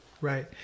Right